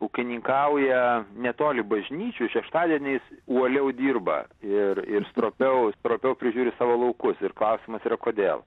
ūkininkauja netoli bažnyčių šeštadieniais uoliau dirba ir ir stropiau stropiau prižiūri savo laukus ir klausimas yra kodėl